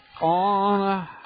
on